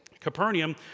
Capernaum